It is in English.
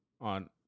on